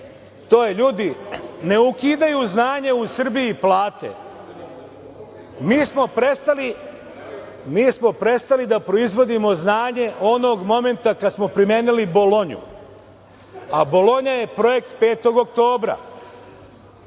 to je ljudi, ne ukidaju znanje u Srbiji, plate, mi smo prestali da proizvodimo znanje onog momenta kada smo primenili Bolonju, a Bolonja je projekat 5. oktobra.